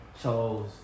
chose